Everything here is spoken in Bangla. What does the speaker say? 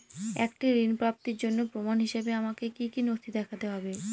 একটি ঋণ প্রাপ্তির জন্য প্রমাণ হিসাবে আমাকে কী কী নথি দেখাতে হবে?